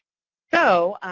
so,